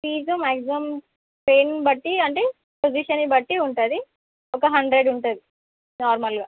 fee maximum పెయిన్ని బట్టి అంటే పొజిషన్ని బట్టి ఉంటుంది ఒక హండ్రెడ్ ఉంటుంది నార్మల్గా